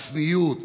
הצניעות,